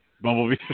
bumblebee